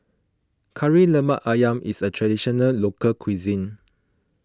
Kari Lemak Ayam is a Traditional Local Cuisine